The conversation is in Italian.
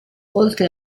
oltre